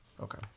Okay